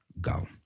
go